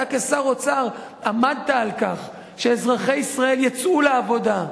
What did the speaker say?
אתה כשר אוצר עמדת על כך שאזרחי ישראל יצאו לעבודה,